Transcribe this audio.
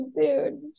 Dude